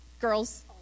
Girls